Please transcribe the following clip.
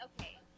Okay